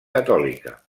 catòlica